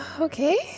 Okay